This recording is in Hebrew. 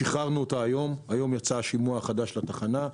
שחררנו אותה היום, והיום יצא השימוע החדש לתחנה.